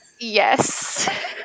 Yes